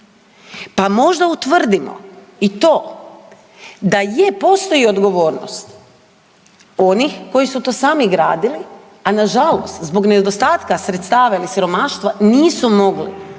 Pa možda utvrdimo i to, da je postoji odgovornost onih koji su to samo gradili, a nažalost zbog nedostatka sredstva ili siromaštva nisu mogli